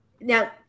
Now